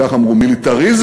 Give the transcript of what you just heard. כך אמרו: מיליטריזם,